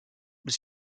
was